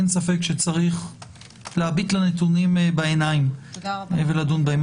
אין ספק שצריך להביט לנתונים בעיניים ולדון בהם.